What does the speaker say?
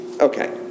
Okay